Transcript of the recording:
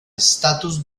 estatus